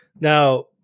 Now